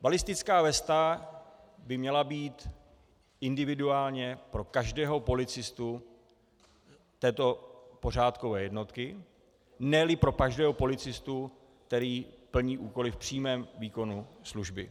Balistická vesta by měla být individuálně pro každého policistu této pořádkové jednotky, neli pro každého policistu, který plní úkoly v přímém výkonu služby.